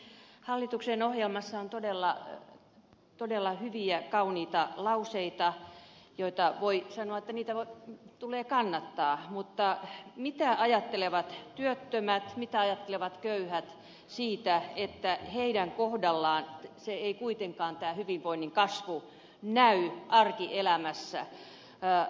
hallituksen ohjelmassa on todella hyviä kauniita lauseita joista voi sanoa että niitä tulee kannattaa mutta mitä ajattelevat työttömät mitä ajattelevat köyhät siitä että heidän kohdallaan ei kuitenkaan tämä hyvinvoinnin kasvu näy arkielämässä